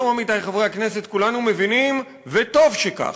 היום, עמיתי חברי הכנסת, כולנו מבינים, וטוב שכך,